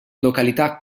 località